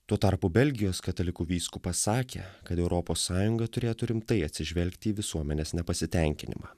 tuo tarpu belgijos katalikų vyskupas sakė kad europos sąjunga turėtų rimtai atsižvelgti į visuomenės nepasitenkinimą